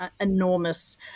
enormous